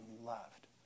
loved